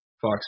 Fox